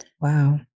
Wow